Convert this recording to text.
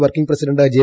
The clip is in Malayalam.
working president J